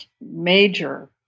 major